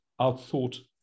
outthought